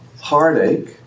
heartache